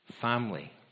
family